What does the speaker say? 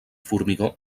formigó